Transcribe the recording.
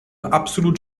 absolut